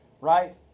right